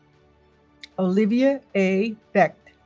olivia a. becht